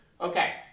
Okay